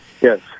Yes